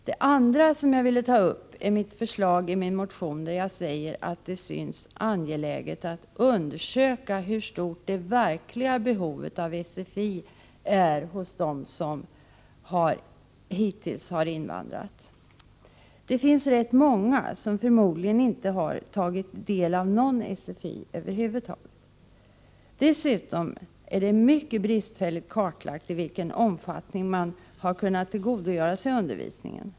Det andra som jag ville ta upp är mitt förslag i min motion där jag säger att det synes angeläget att undersöka hur stort det verkliga behovet av SFI är hos dem som hittills har invandrat. Det finns rätt många som förmodligen inte har tagit del av någon SFI över huvud taget. Dessutom är det mycket bristfälligt kartlagt i vilken omfattning man har kunnat tillgodogöra sig undervisningen.